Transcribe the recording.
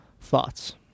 thoughts